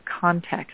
context